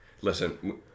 Listen